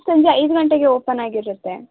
ಸಂಜೆ ಐದು ಗಂಟೆಗೆ ಓಪನ್ ಆಗಿರುತ್ತೆ